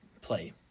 play